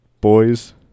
boys